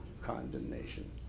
condemnation